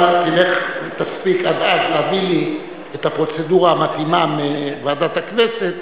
אם תלך ותספיק עד אז להביא לי את הפרוצדורה המתאימה מוועדת הכנסת,